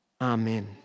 Amen